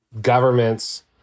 governments